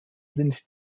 sind